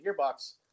gearbox